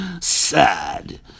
Sad